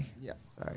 Yes